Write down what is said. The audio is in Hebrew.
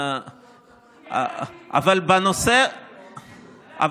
אבל בנושא, בדיוק.